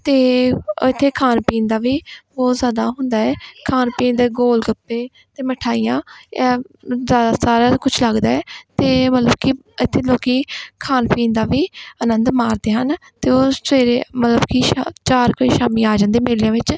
ਅਤੇ ਇੱਥੇ ਖਾਣ ਪੀਣ ਦਾ ਵੀ ਬਹੁਤ ਜ਼ਿਆਦਾ ਹੁੰਦਾ ਹੈ ਖਾਣ ਪੀਣ ਦੇ ਗੋਲ ਗੱਪੇ ਅਤੇ ਮਿਠਾਈਆਂ ਇਹ ਜਾ ਸਾਰਾ ਕੁਛ ਲੱਗਦਾ ਹੈ ਅਤੇ ਮਤਲਬ ਕਿ ਇੱਥੇ ਲੋਕ ਖਾਣ ਪੀਣ ਦਾ ਵੀ ਆਨੰਦ ਮਾਣਦੇ ਹਨ ਅਤੇ ਉਹ ਸਵੇਰੇ ਮਤਲਬ ਕਿ ਸ਼ਾ ਚਾਰ ਕੁ ਵਜੇ ਸ਼ਾਮੀ ਆ ਜਾਂਦੇ ਮੇਲਿਆਂ ਵਿੱਚ